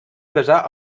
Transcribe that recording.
casà